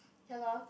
ya lor